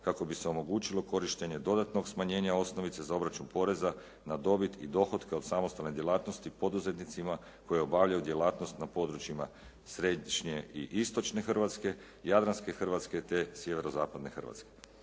kako bi se omogućilo korištenje dodatnog smanjenja osnovica za obračun poreza na dobit i dohotke od samostalne djelatnosti poduzetnicima koji obavljaju djelatnost na područjima središnje i istočne Hrvatske, jadranske Hrvatske, te sjeverozapadne Hrvatske.